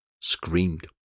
screamed